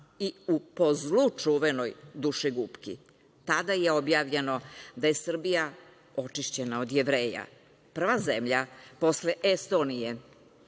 i po zlu čuvenoj „dušegupki“. Tada je objavljeno da je Srbija očišćena od Jevreja, prva zemlja posle Estonije